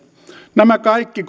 nämä kaikki